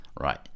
right